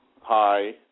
hi